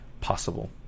possible